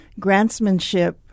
grantsmanship